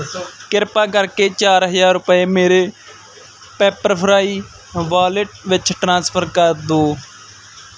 ਕਿਰਪਾ ਕਰਕੇ ਚਾਰ ਹਜ਼ਾਰ ਰੁਪਏ ਮੇਰੇ ਪੈੱਪਰਫ੍ਰਾਈ ਵਾਲੇਟ ਵਿੱਚ ਟ੍ਰਾਂਸਫਰ ਕਰ ਦਿਓ